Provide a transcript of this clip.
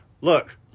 look